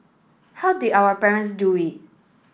how did our parents do it